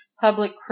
public